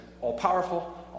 all-powerful